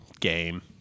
game